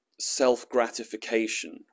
self-gratification